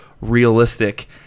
realistic